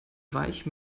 weich